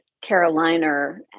Carolina